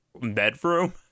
bedroom